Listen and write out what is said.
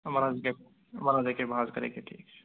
وَن حظ یہِ کیٛاہ وۅنۍ حظ یہِ کیٛاہ بہٕ حظ کَرٕ یہِ کیٛاہ ٹھیٖک چھُ